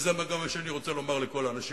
וזה גם מה שאני רוצה לומר לכל האנשים